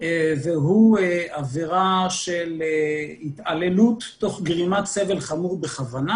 והוא עבירה של התעללות תוך גרימת סבל חמור בכוונה.